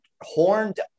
horned